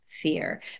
fear